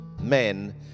men